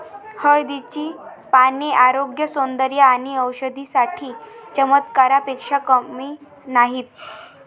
हळदीची पाने आरोग्य, सौंदर्य आणि औषधी साठी चमत्कारापेक्षा कमी नाहीत